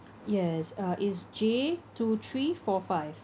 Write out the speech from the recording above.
yes uh it's J two three four five